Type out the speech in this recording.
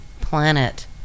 planet